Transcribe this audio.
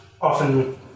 Often